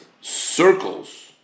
circles